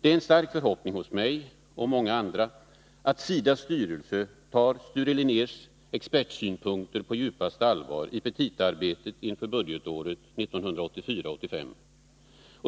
Det är en stark förhoppning hos mig och många andra att SIDA:s styrelse tar Sture Linnérs expertsynpunkter på djupaste allvar i petitaarbetet för budgetåret 1984/85.